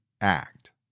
act